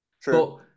true